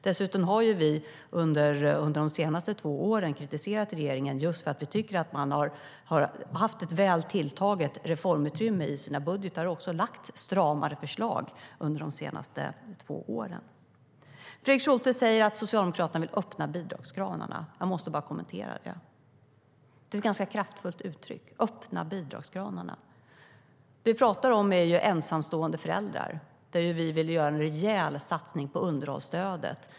Dessutom har vi under de senaste två åren kritiserat regeringen för att vi tyckte att den hade ett alltför väl tilltaget reformutrymme i sina budgetar. Vi har lagt fram stramare förslag under de senaste två åren. Fredrik Schulte säger att Socialdemokraterna vill öppna bidragskranarna. Jag måste kommentera det. Det är ett ganska kraftfullt uttryck - att öppna bidragskranarna. Det vi pratar om är ensamstående föräldrar, där vi vill göra en rejäl satsning på underhållsstödet.